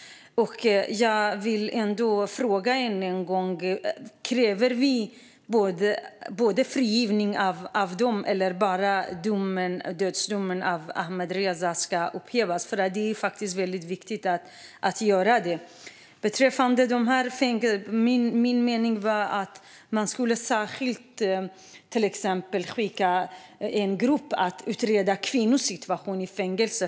Jag vill fråga ännu en gång: Kräver vi frigivning av dem eller bara att dödsdomen mot Ahmadreza ska upphävas? Det är faktiskt väldigt viktigt att göra det. Beträffande fängelserna var min mening att man till exempel skulle skicka en grupp som skulle utreda kvinnors situation i fängelse.